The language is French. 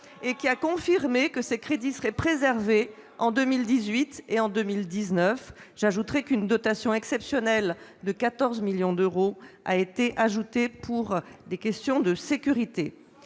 Il a confirmé que ses crédits seraient préservés en 2018 et en 2019. J'ajoute qu'une dotation exceptionnelle de 14 millions d'euros a été ajoutée pour des questions de sécurité.